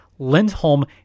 Lindholm